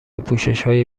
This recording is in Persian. پوششهای